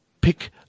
Pick